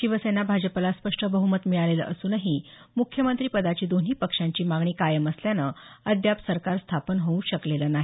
शिवसेना भाजपला स्पष्ट बहुमत मिळालेलं असुनही मुख्यमंत्रिपदाची दोन्ही पक्षांची मागणी कायम असल्यानं अद्याप सरकार स्थापन होऊ शकलेलं नाही